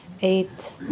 eight